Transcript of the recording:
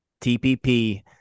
TPP